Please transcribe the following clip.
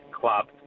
club